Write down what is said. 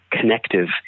connective